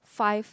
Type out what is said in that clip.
five